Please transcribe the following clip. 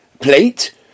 plate